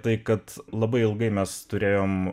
tai kad labai ilgai mes turėjom